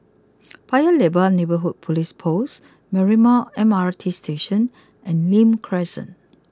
Paya Lebar Neighbourhood police post Marymount M R T Station and Nim Crescent